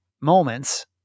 moments